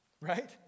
Right